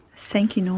thank you know